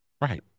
Right